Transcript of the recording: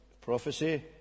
prophecy